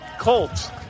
Colts